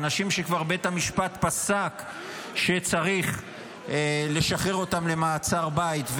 אנשים שבית המשפט כבר פסק שצריך לשחרר אותם למעצר בית,